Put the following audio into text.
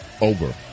over